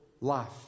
life